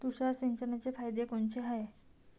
तुषार सिंचनाचे फायदे कोनचे हाये?